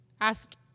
Ask